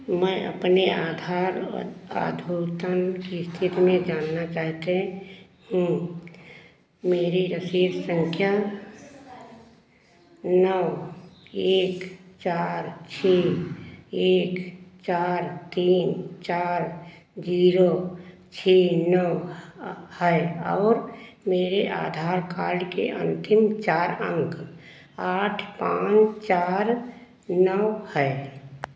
मैं अपने आधार अधोतन की स्थिति में जानना चाहते हूँ मेरी रसीद संख्या नौ एक चार छः एक चार तीन चार जीरो छः नौ है और मेरे आधार कार्ड के अंतिम चार अंक आठ पाँच चार नौ है